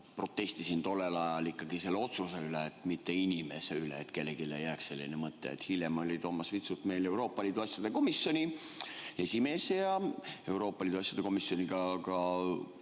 protestisin tollel ajal ikkagi selle otsuse üle, mitte inimese üle – et kellelegi ei jääks selline mõte. Hiljem oli Toomas Vitsut meil Euroopa Liidu asjade komisjoni esimees ja olles Euroopa Liidu asjade komisjoniga